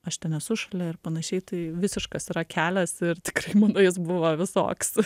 aš ten esu šalia ir panašiai tai visiškas yra kelias ir tikrai manau jis buvo visoks